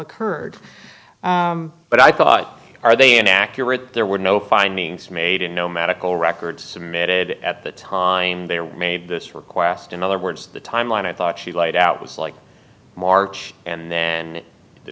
occurred but i thought are they inaccurate there were no findings made in no medical records submitted at the time they were made this request in other words the timeline i thought she laid out was like march and then the